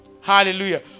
hallelujah